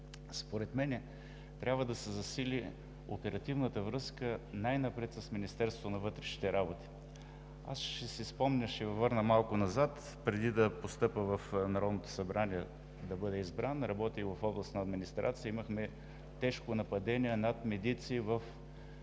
Според мен трябва да се засили оперативната връзка най-напред с Министерството на вътрешните работи. Аз ще припомня и ще Ви върна малко назад – преди да бъда избран в Народното събрание, работих в областна администрация. Имахме тежко нападение над медици в